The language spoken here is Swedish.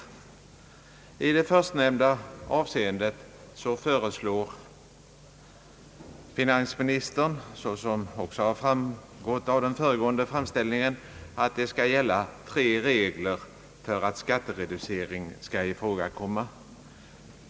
I det förstnämnda avseendet föreslår finansministern, såsom också har framgått av den föregående framställningen, att det skall gälla tre regler för att skattereducering skall ifrågakomma.